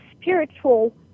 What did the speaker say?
spiritual